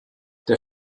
der